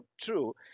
true